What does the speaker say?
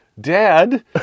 Dad